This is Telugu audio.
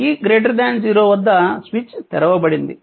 t 0 వద్ద స్విచ్ తెరవబడింది